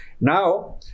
Now